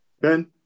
Ben